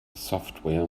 software